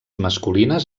masculines